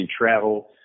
travel